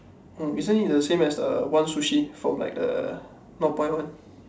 oh isn't it the same as the one sushi from like the north point one